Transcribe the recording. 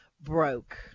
broke